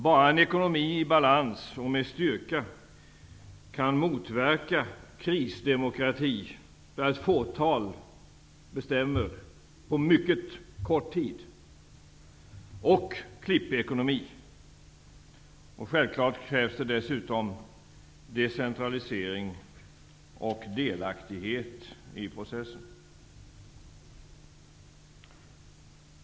Bara en stark ekonomi i balans kan motverka krisdemokrati, där ett fåtal bestämmer på mycket kort tid, och klippekonomi. Det krävs dessutom självklart decentralisering och delaktighet i processen.